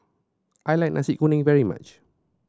I like Nasi Kuning very much